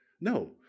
No